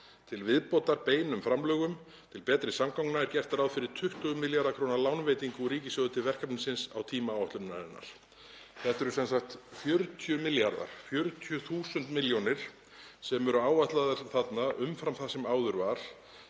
Til viðbótar beinum framlögum til Betri samgangna er gert ráð fyrir 20 ma.kr. lánveitingu úr ríkissjóði til verkefnisins á tíma áætlunarinnar.“ Þetta eru sem sagt 40 milljarðar, 40.000 milljónir sem eru áætlaðar þarna umfram það sem áður var